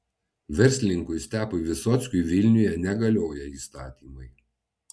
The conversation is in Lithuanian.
verslininkui stepui visockiui vilniuje negalioja įstatymai